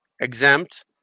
exempt